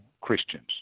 Christians